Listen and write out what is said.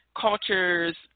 cultures